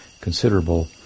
considerable